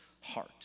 heart